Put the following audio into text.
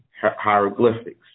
hieroglyphics